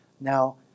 Now